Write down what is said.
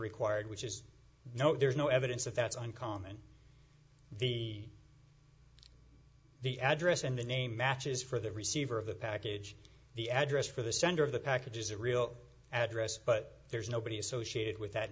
required which is no there's no evidence that that's uncommon the the address and the name matches for the receiver of the package the address for the sender of the package is a real address but there's nobody associated with that